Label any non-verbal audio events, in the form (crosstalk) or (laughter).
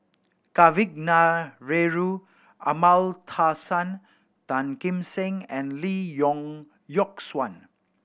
Kavignareru Amallathasan Tan Kim Seng and Lee (unintelligible) Yock Suan